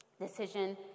decision